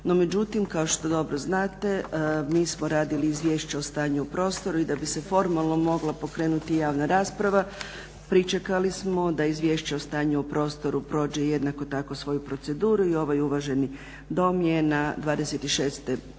međutim kao što dobro znate mi smo radili izvješće o stanju u prostoru i da bi se formalno mogla pokrenuti javna rasprava pričekali smo da izvješće o stanju o prostoru prođe jednako tako svoju proceduru i ovaj uvaženi Dom je na 22.veljače